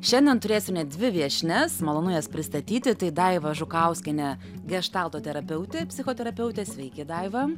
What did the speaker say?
šiandien turėsime dvi viešnias malonu jas pristatyti tai daiva žukauskienė geštalto terapeutė psichoterapeutė sveiki daiva